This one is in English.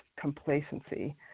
complacency